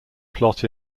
plot